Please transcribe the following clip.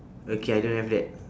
okay I don't have that